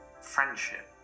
friendship